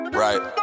right